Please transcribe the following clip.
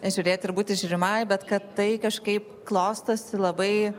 žiūrėti ir būti žiūrimai bet kad tai kažkaip klostosi labai